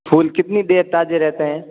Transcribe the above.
फूल कितनी देर ताजा रहता है